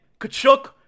Kachuk